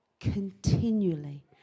continually